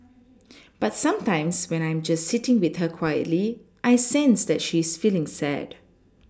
but sometimes when I am just sitting with her quietly I sense that she is feeling sad